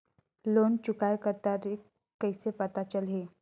Loan चुकाय कर तारीक कइसे पता चलही?